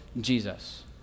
Jesus